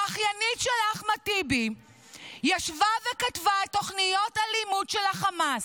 האחיינית של אחמד טיבי ישבה וכתבה את תוכניות הלימוד של החמאס.